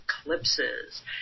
eclipses